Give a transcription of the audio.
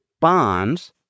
bonds